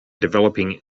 developing